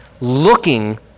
looking